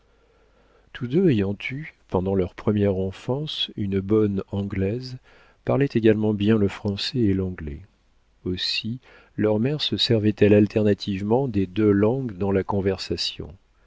tous deux ayant eu pendant leur première enfance une bonne anglaise parlaient également bien le français et l'anglais aussi leur mère se servait elle alternativement des deux langues dans la conversation